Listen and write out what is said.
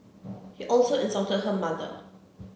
he also insulted her mother